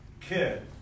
kid